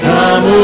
Come